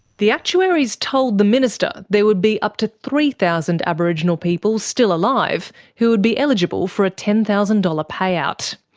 the actuaries told the minister there would be up to three thousand aboriginal people still alive who would be eligible for a ten thousand dollars payout.